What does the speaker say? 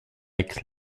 aix